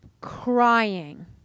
crying